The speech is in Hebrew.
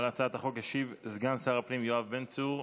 על הצעת החוק ישיב סגן שר הפנים יואב בן צור.